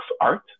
art